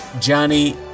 Johnny